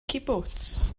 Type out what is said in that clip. cibwts